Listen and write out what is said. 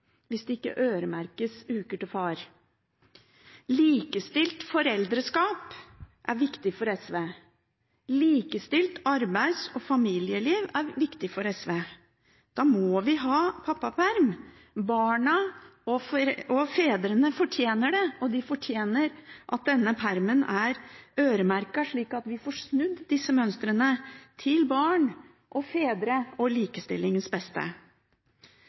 hvis det ikke øremerkes uker til far. Likestilt foreldreskap er viktig for SV, likestilt arbeids- og familieliv er viktig for SV. Da må vi ha pappaperm. Barna og fedrene fortjener det, og de fortjener at denne permen er øremerket, sånn at vi får snudd disse mønstrene til barn og fedre og likestillingens beste.